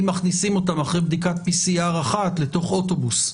מכניסים אותם אחרי בדיקת PCR אחת לתוך אוטובוס?